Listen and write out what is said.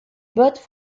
bottes